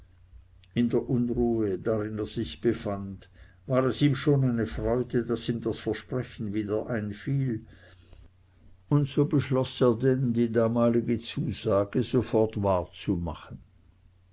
in der unruhe darin er sich befand war es ihm schon eine freude daß ihm das versprechen wieder einfiel und so beschloß er denn die damalige zusage sofort